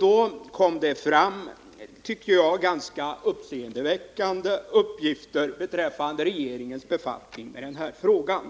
Där kom det fram ganska uppseendeväckande uppgifter beträffande regeringens befattning med denna fråga.